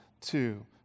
two